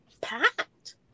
packed